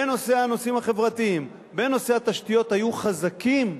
בנושאים החברתיים ובנושא התשתיות, היו חזקים,